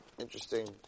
interesting